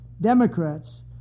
Democrats